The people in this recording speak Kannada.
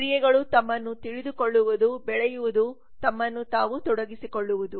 ಕ್ರಿಯೆಗಳು ತಮ್ಮನ್ನು ತಿಳಿದುಕೊಳ್ಳುವುದು ಬೆಳೆಯುವುದು ತಮ್ಮನ್ನು ತಾವು ತೊಡಗಿಸಿಕೊಳ್ಳುವುದು